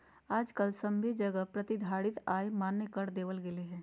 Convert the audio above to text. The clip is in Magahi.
आजकल सभे जगह प्रतिधारित आय मान्य कर देवल गेलय हें